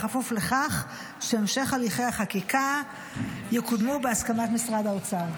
בכפוף לכך שהמשך הליכי החקיקה יקודמו בהסכמת משרד האוצר.